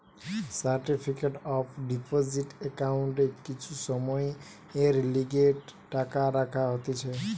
certificate of deposit একাউন্টে কিছু সময়ের লিগে টাকা রাখা হতিছে